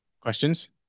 Questions